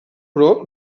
però